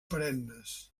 perennes